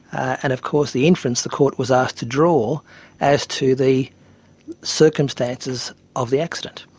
and of course the inference the court was asked to draw as to the circumstances of the accident.